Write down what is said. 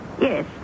Yes